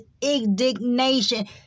indignation